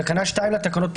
תקנה 2 לתקנות,